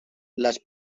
las